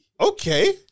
Okay